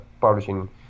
publishing